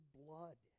blood